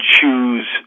choose